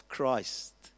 Christ